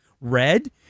red